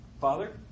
Father